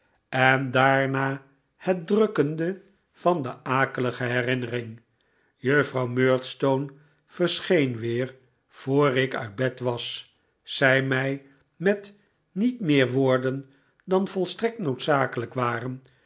en daarna het drukkende van de akelige herinnering juffrouw murdstone verscheen weer voor ik uit bed was zei mij met niet meer woorden dan volstrekt noodzakelijk waren